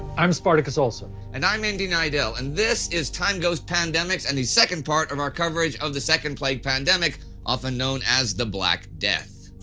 i'm spartacus olsson. and i mean i'm neidell and this is timeghost pandemics and the second part of our coverage of the second plague pandemic, often known as the black death.